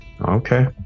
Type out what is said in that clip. Okay